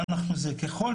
ככל